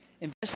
Invest